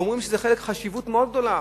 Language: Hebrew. אומרים שזה חלק, חשיבות מאוד רבה,